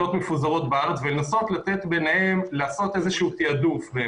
מפוזרות בארץ ולנסות לעשות איזשהו תעדוף.